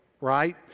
right